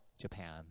Japan